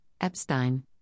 Epstein